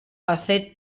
accede